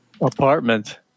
Apartment